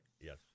Yes